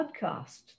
podcast